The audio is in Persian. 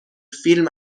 فیلم